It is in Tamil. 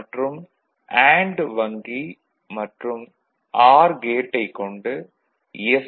மற்றும் அண்டு வங்கி மற்றும் ஆர் கேட்டைக் கொண்டு எஸ்